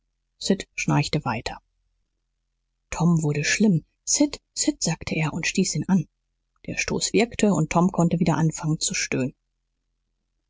sid schnarchte weiter tom wurde schlimm sid sid sagte er und stieß ihn an der stoß wirkte und tom konnte wieder anfangen zu stöhnen